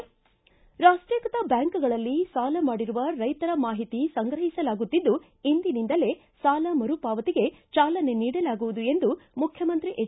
ರಾಷ್ಷೀಕೃತ ಬ್ಬಾಂಕ್ಗಳಲ್ಲಿ ಸಾಲ ಮಾಡಿರುವ ರೈತರ ಮಾಹಿತಿ ಸಂಗ್ರಹಿಸಲಾಗುತ್ತಿದ್ದು ಇಂದಿನಿಂದಲೇ ಸಾಲ ಮರುಪಾವತಿಗೆ ಚಾಲನೆ ನೀಡಲಾಗುವುದು ಎಂದು ಮುಖ್ಯಮಂತ್ರಿ ಎಚ್